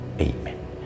Amen